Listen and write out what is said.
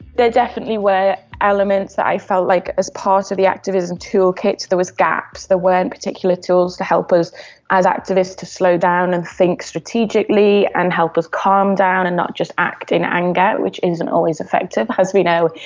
there definitely were elements that i felt like as part of the activism toolkit there was gaps, there weren't and particular tools to help us as activists to slow down and think strategically and help us calm down and not just act in anger, which isn't always effective, as we know,